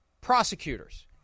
Prosecutors